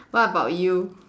what about you